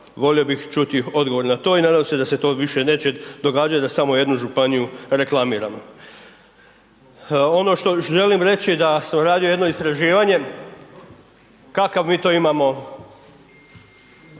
volio bih čuti odgovor na to i nadam se da se to više neće događati da samo jedna županiju reklamiramo. Ono što još želim reći da sam radio jedno istraživanje kakav mi to imamo